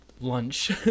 lunch